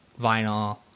vinyl